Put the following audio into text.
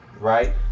Right